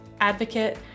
advocate